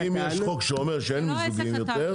לא, אם יש חוק שאומר שאין מיזוגים יותר.